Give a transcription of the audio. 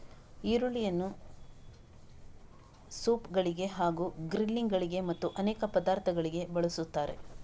ಈರುಳ್ಳಿಯನ್ನು ಸೂಪ್ ಗಳಿಗೆ ಹಾಗೂ ಗ್ರಿಲ್ಲಿಂಗ್ ಗಳಿಗೆ ಮತ್ತು ಅನೇಕ ಪದಾರ್ಥಗಳಿಗೆ ಬಳಸುತ್ತಾರೆ